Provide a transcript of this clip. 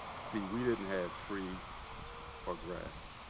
see, we didn't have trees or grass.